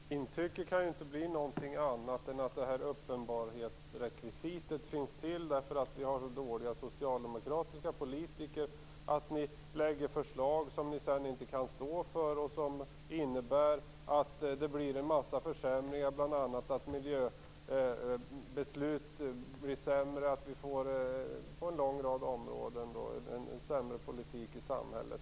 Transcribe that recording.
Fru talman! Intrycket kan inte bli annat än att det här uppenbarhetsrekvisitet finns till därför att vi har så dåliga socialdemokratiska politiker. Ni lägger fram förslag som ni sedan inte kan stå för och som innebär en massa försämringar, bl.a. att miljöbeslut blir sämre och att vi på en lång rad områden får en sämre politik i samhället.